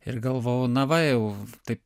ir galvojau na va jau taip